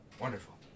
wonderful